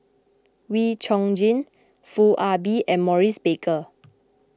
Wee Chong Jin Foo Ah Bee and Maurice Baker